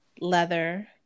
leather